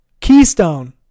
Keystone